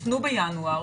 -- חוסנו בינואר,